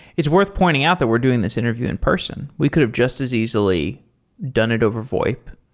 it's worth pointing out that we're doing this interview in person. we could have just as easily done it over voip.